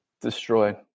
destroyed